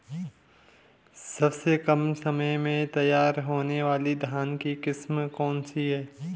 सबसे कम समय में तैयार होने वाली धान की किस्म कौन सी है?